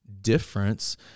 difference